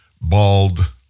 bald